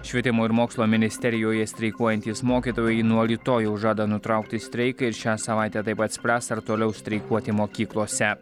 švietimo ir mokslo ministerijoje streikuojantys mokytojai nuo rytojaus žada nutraukti streiką ir šią savaitę taip pat spręs ar toliau streikuoti mokyklose